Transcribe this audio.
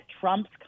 Trump's